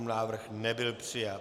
Návrh nebyl přijat.